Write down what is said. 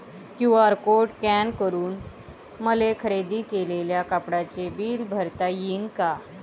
QR code scan करून मले खरेदी केलेल्या कापडाचे बिल भरता यीन का?